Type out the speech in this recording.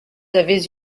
avez